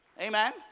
Amen